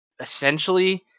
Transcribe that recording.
essentially